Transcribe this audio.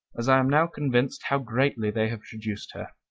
as i am now convinced how greatly they have traduced her.